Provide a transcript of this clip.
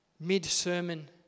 Mid-sermon